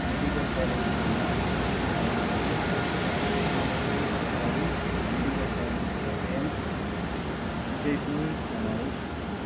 medical कलेजहरूमा SKIMS र श्रीनगरको सरकारी मेडिकल कलेज र एम्स विजयपुर समावेश छन्